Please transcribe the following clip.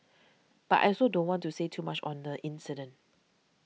but I also don't want to say too much on the incident